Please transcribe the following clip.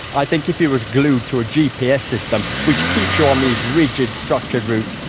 i think if you were glued to a gps system, which keeps you on these rigid, structured routes,